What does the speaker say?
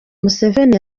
museveni